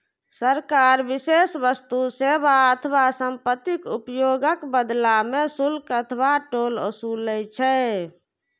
सरकार विशेष वस्तु, सेवा अथवा संपत्तिक उपयोगक बदला मे शुल्क अथवा टोल ओसूलै छै